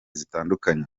zitandukanye